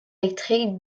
électrique